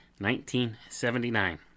1979